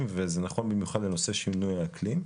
וזה נכון במיוחד בנושא שינוי האקלים.